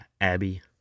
Abby